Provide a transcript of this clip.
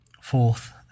fourth